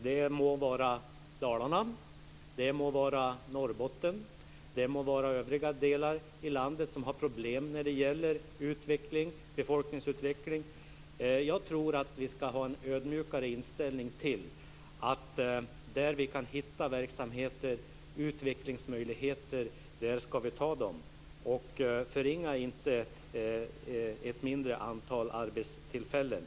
Det må vara Dalarna, det må vara Norrbotten, det må vara övriga delar av landet som har problem med befolkningsutvecklingen. Jag tror att vi ska ha en ödmjukare inställning, och där vi kan hitta verksamheter och utvecklingsmöjligheter där ska vi ta dem. Förringa inte ett mindre antal arbetstillfällen!